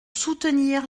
soutenir